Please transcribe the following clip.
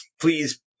please